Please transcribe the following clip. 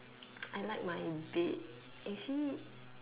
I like my bed actually